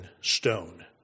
stone